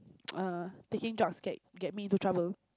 err taking drugs can get me into trouble